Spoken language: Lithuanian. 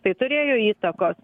tai turėjo įtakos